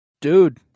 Dude